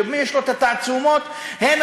שיש לו את התעצומות המוסריות,